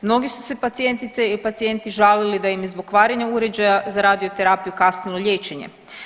Mnogi su se pacijentice i pacijenti žalili da im je zbog kvarenja uređaja za radioterapiju kasnilo liječenje.